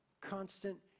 constant